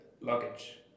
luggage